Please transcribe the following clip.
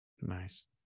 Nice